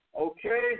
Okay